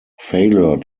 failure